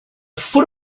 foot